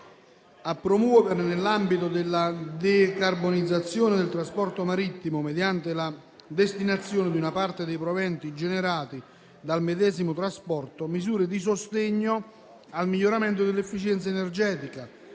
«a promuovere, nell'ambito della decarbonizzazione del trasporto marittimo mediante la destinazione di una parte dei proventi generati dal medesimo trasporto, misure di sostegno al miglioramento dell'efficienza energetica,